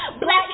Black